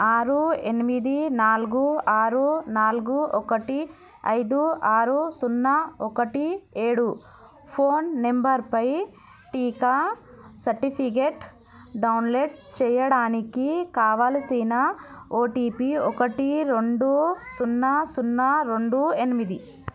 ఆరు ఎనిమిది నాలుగు ఆరు నాలుగు ఒకటి ఐదు ఆరు సున్నా ఒకటి ఏడు ఫోన్ నంబరుపై టీకా సర్టిఫికేట్ డౌన్లోడ్ చేయడానికి కావలసిన ఓటిపి ఒకటి రెండు సున్నా సున్నా రెండు ఎనిమిది